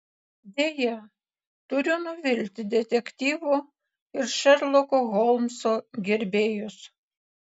deja turiu nuvilti detektyvų ir šerloko holmso gerbėjus